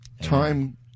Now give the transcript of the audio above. Time